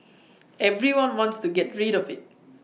everyone wants to get rid of IT